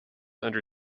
under